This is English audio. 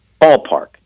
ballpark